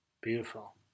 Beautiful